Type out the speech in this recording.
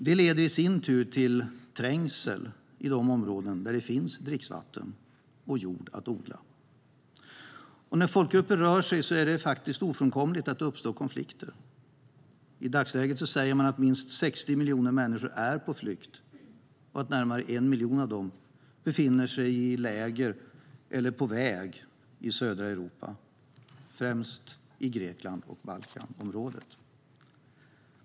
Det leder i sin tur till trängsel i de områden där det finns dricksvatten och jord att odla. När folkgrupper rör sig är det faktiskt ofrånkomligt att det uppstår konflikter. I dagsläget säger man att minst 60 miljoner människor är på flykt och att närmare 1 miljon av dem befinner sig i läger eller på väg i södra Europa, främst i Grekland och i Balkanområdet.